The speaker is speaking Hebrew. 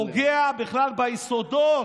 פוגע בכלל ביסודות